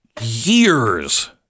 years